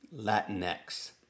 Latinx